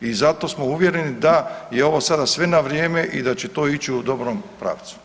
I zato smo uvjereni da je ovo sada sve na vrijeme i da će to ići u dobrom pravcu.